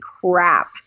crap